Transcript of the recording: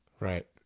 Right